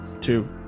Two